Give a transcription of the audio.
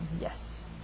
yes